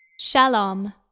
Shalom